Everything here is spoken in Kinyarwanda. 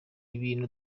ibintu